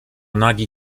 nagi